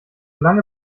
lange